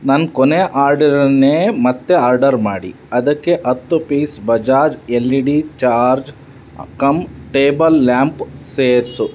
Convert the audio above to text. ನನ್ನ ಕೊನೆಯ ಆರ್ಡರನ್ನೇ ಮತ್ತೆ ಆರ್ಡರ್ ಮಾಡಿ ಅದಕ್ಕೆ ಹತ್ತು piece Bajaj L E D charge cum table lamp ಸೇರಿಸು